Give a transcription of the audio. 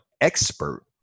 expert